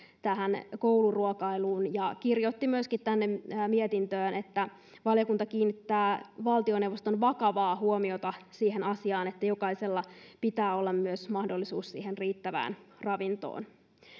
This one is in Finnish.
tähän kouluruokailuun ja kirjoitti myöskin mietintöön että valiokunta kiinnittää valtioneuvoston vakavaa huomiota siihen asiaan että jokaisella pitää olla myös mahdollisuus riittävään ravintoon